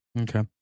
Okay